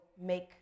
make